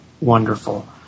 wonderful